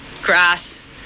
grass